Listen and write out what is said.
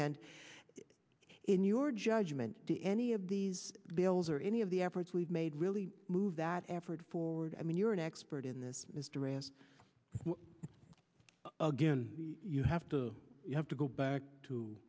in your judgment to any of these bills or any of the efforts we've made really move that effort forward i mean you're an expert in this is duran's again you have to you have to go back to